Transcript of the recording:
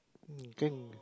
mm can